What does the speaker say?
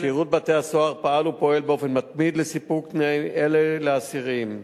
שירות בתי-הסוהר פעל ופועל באופן מתמיד לסיפוק תנאים אלה לאסירים.